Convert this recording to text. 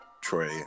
Troy